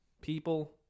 people